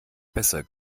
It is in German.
besser